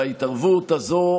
וההתערבות הזו,